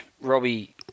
Robbie